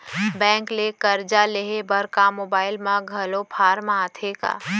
Bank ले करजा लेहे बर का मोबाइल म घलो फार्म आथे का?